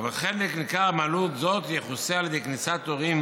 אבל חלק ניכר מעלות זאת יכוסה על ידי כניסת הורים